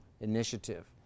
initiative